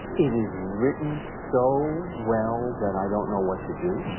it is written so well that i don't know what to do.